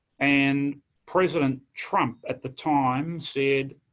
and president trump, at the time, said.